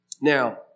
Now